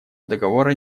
договора